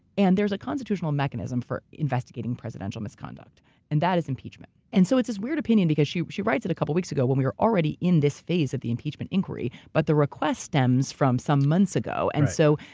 and there's a constitutional mechanism for investigating presidential misconduct, and that is impeachment. and so, it's this weird opinion because she she writes it a couple weeks ago when we were already in this phase of the impeachment inquiry, but the request stems from some months ago. and so,